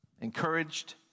encouraged